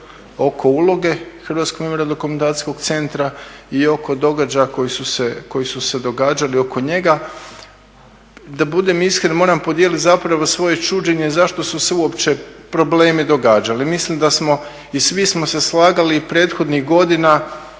oko uloge Hrvatskom memorijalnom dokumentacijskog centra i oko događaja koji su se događali oko njega. Da budem iskren moram podijeliti zapravo svoje čuđenje zašto su se uopće problemi događali. Mislim da smo, i svi smo se slagali i prethodnih godina